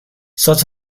such